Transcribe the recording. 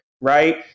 right